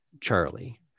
Charlie